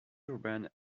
urban